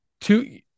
two